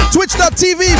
Twitch.tv